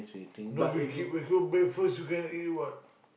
no we keep we go bathe first you cannot eat what